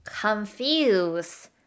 confuse